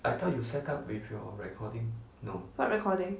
what recording